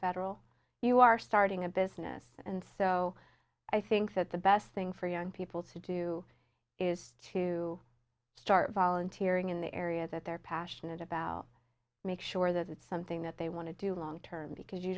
federal you are starting a business and so i think that the best thing for young people to do is to start volunteering in the area that they're passionate about make sure that it's something that they want to do long term because you